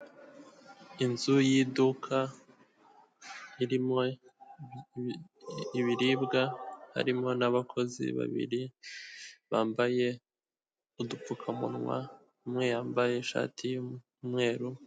Inzu y'iduka irimo ibiribwa harimo n'abakozi babiri bambaye udupfukamunwa, umwe yambaye ishati y'umweru...